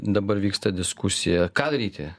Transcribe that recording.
dabar vyksta diskusija ką daryti